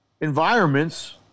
environments –